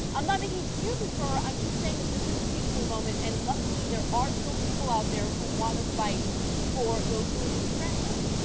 i'm not making excuses for her i'm just saying this is a teachable moment and likely there are still people out there who want to fight for those who are disenfranchised.